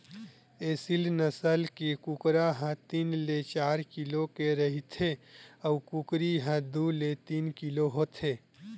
एसील नसल के कुकरा ह तीन ले चार किलो के रहिथे अउ कुकरी ह दू ले तीन किलो होथे